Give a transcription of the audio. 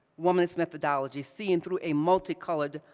womanist methodology, seeing through a multi-colored,